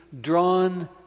drawn